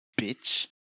bitch